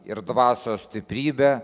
ir dvasios stiprybę